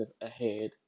ahead